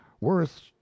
worth